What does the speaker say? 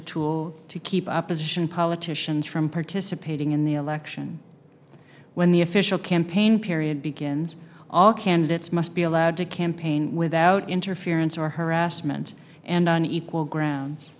a tool to keep opposition politicians from participating in the election when the official campaign period begins all candidates must be allowed to campaign without interference or harassment and on equal ground